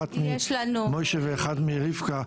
אחת ממשה ואחת מרבקה,